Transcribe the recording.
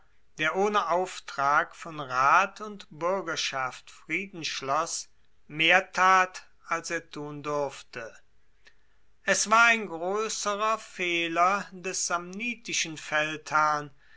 der ohne auftrag von rat und buergerschaft frieden schloss mehr tat als er tun durfte es war ein groesserer fehler des samnitischen feldherrn